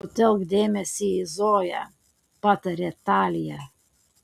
sutelk dėmesį į zoją patarė talija